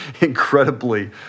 incredibly